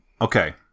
Okay